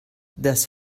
das